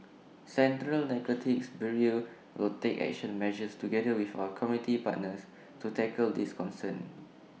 central narcotics bureau will take action measures together with our community partners to tackle this concern